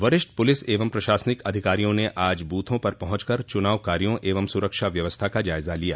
वरिष्ठ पुलिस एवं प्रशासनिक अधिकारियों ने आज बूथों पर पहुंच कर चुनाव कार्यों एवं सुरक्षा व्यवस्था का जायजा लिया